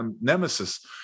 nemesis